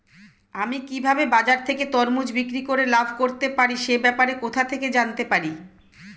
আমি কিভাবে বাজার থেকে তরমুজ বিক্রি করে লাভ করতে পারব সে ব্যাপারে কোথা থেকে জানতে পারি?